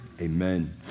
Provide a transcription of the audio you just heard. amen